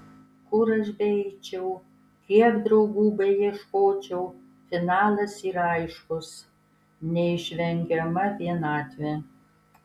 kur aš beeičiau kiek draugų beieškočiau finalas yra aiškus neišvengiama vienatvė